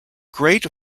great